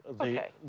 Okay